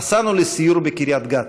נסענו לסיור בקריית גת,